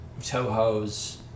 Toho's